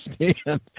understand